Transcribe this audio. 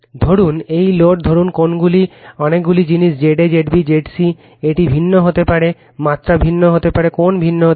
ধরুন এই লোড ধরুন কোণগুলি অনেকগুলি জিনিস Z a Z b Z c এটি ভিন্ন হতে পারে Refer Time 3116 মাত্রা ভিন্ন হতে পারে কোণ ভিন্ন হতে পারে